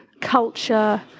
culture